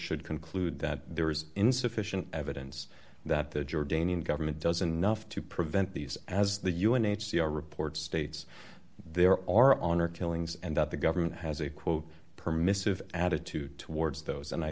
should conclude that there is insufficient evidence that the jordanian government doesn't nuff to prevent these as the u n h c r report states there are honor killings and that the government has a quote permissive attitude towards those and i